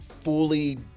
fully